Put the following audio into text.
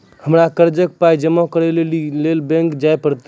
हमरा कर्जक पाय जमा करै लेली लेल बैंक जाए परतै?